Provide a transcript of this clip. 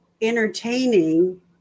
entertaining